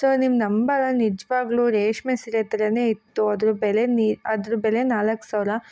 so ನಿಮ್ ನಂಬಲ್ಲ ನಿಜ್ವಾಗ್ಯೂ ರೇಷ್ಮೆ ಸೀರೆ ಥರವೇ ಇತ್ತು ಅದ್ರ ಬೆಲೆ ನೀ ಅದ್ರ ಬೆಲೆ ನಾಲ್ಕು ಸಾವಿರ